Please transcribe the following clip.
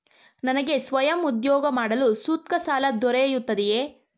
ನನಗೆ ಸ್ವಯಂ ಉದ್ಯೋಗ ಮಾಡಲು ಸೂಕ್ತ ಸಾಲ ದೊರೆಯುತ್ತದೆಯೇ?